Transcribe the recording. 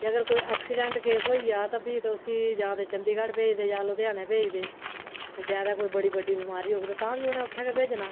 ते अगर कोई ऐक्सीडैंट केस होई जाऽ ते फ्ही ते उस्सी चड़ीगढ़ भेजदे जां फिर लुधियानै भेजदे ते जैदा कोई बड़ी बड्डी बमारी होग तां बी उत्थै गै भेजना